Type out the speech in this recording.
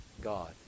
God